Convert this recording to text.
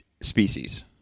species